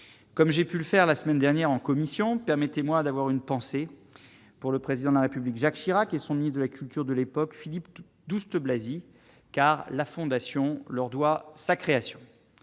comme j'ai pu le faire la semaine dernière en commission, permettez-moi d'avoir une pensée pour le président de la République Jacques Chirac et son ministre de la culture de l'époque, Philippe Douste-Blazy, car la fondation leur doit sa création